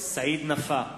סעיד נפאע,